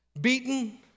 beaten